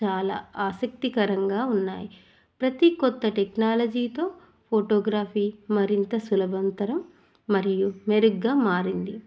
చాలా ఆసక్తికరంగా ఉన్నాయి ప్రతి కొత్త టెక్నాలజీతో ఫోటోగ్రఫీ మరింత సులభతరం మరియు మెరుగ్గా మారింది